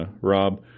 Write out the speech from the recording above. Rob